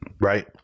Right